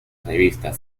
revista